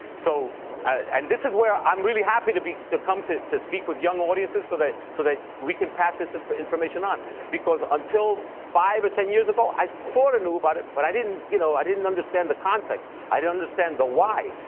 so and this is where i'm really happy to be to come to to speak with young audiences so that so we can pass this and information on because until five or ten years ago, i sort of knew about it but i didn't you know i didn't understand the context. i don't understand the why.